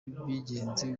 bigenze